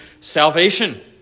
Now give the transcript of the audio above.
salvation